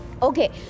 okay